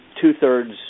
two-thirds